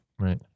Right